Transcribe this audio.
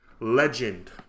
legend